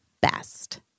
best